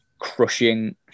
crushing